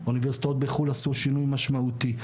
אוניברסיטאות בחו"ל עשו שינוי משמעותי.